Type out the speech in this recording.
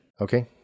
Okay